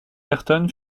ayrton